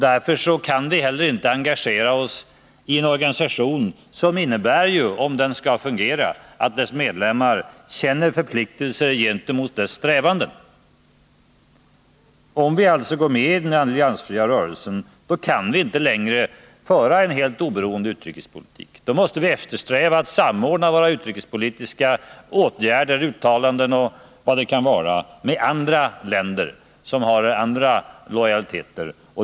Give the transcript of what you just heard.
Därför kan vi inte heller engagera oss i en organisation som, om den skall fungera, innebär att dess medlemmar måste eftersträva en samordnad utrikespolitik. Om vi går med i den alliansfria rörelsen kan vi inte längre föra en helt oberoende utrikespolitik. Då måste vi eftersträva att samordna oss med andra länder, som har andra lojaliteter.